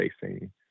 facing